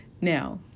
Now